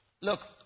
Look